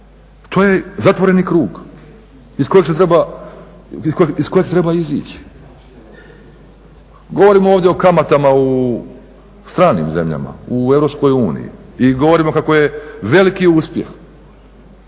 To je zatvoreni krug iz kojeg treba izaći. Govorimo ovdje o kamatama u stranim zemljama, u EU i govorimo kako je veliki uspjeh.